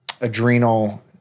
adrenal